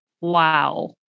Wow